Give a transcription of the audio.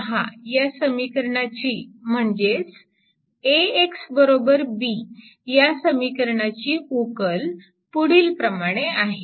10 या समीकरणाची म्हणजेच AXB या समीकरणाची उकल पुढीलप्रमाणे आहे